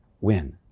win